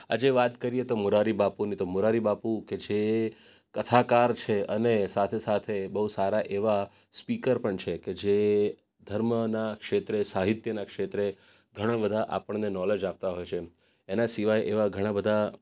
આજે વાત કરીએ તો મોરારી બાપુની તો મોરારી બાપુ કે જે કથાકાર છે અને સાથે સાથે એ બહુ સારા એવા સ્પીકર પણ છે કે જે ધર્મનાં ક્ષેત્રે સાહિત્યનાં ક્ષેત્રે ઘણાં બધા આપણને નોલેજ આપતા હોય છે એમ એના સિવાય એવા ઘણા બધા